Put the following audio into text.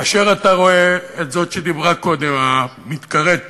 כאשר אתה רואה את זאת שדיברה קודם, המתקראת